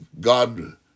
God